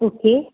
okay